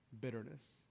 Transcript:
bitterness